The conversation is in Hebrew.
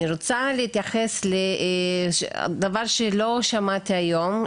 אני רוצה להתייחס לדבר שלא שמעתי היום,